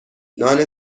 نان